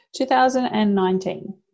2019